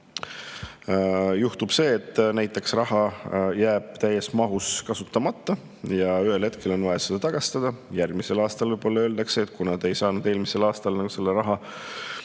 juhtub see, et raha jääb näiteks täies mahus kasutamata ja ühel hetkel on vaja see tagastada. Järgmisel aastal võib-olla öeldakse, et kuna te ei saanud eelmisel aastal selle raha